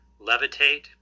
levitate